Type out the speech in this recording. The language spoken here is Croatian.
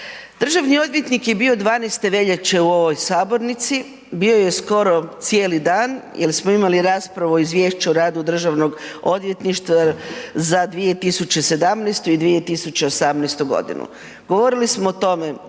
Državni odvjetnik je bio 12. veljače u ovoj sabornici, bio je skoro cijeli dan jel smo imali raspravu o izvješću o radu državnog odvjetništva za 2017. i 2018.g. Govorili smo o tome